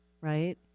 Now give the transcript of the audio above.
right